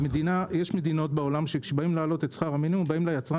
יש מדינות בעולם שכשבאים להעלות את שכר המינימום באים ליצרן